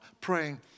praying